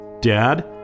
Dad